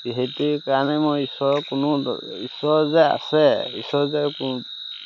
সেইটোৱে কাৰণে মই ঈশ্বৰৰ কোনো ঈশ্বৰ যে আছে ঈশ্বৰ যে কোনো